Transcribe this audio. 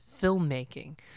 filmmaking